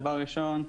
דבר ראשון,